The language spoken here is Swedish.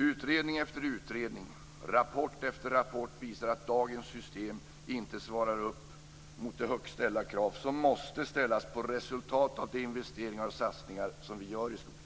Utredning efter utredning, rapport efter rapport visar att dagens system inte svarar mot de högt ställda krav som måste ställas på resultat av de investeringar och satsningar som vi gör på skolan.